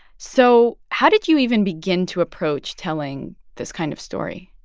so how did you even begin to approach telling this kind of story?